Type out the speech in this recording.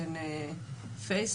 בין פייסבוק,